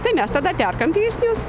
tai mes tada perkam pigesnius